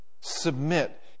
Submit